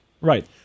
right